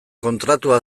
kontratua